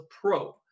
pro